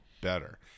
better